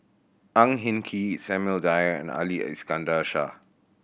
Ang Hin Kee Samuel Dyer and Ali Iskandar Shah